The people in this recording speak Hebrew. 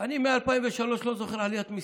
אני מ-2003 לא זוכר עליית מיסים.